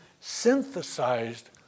synthesized